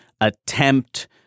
attempt